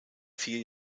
vier